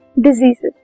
diseases